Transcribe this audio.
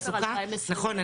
נכון,